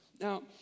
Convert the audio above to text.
Now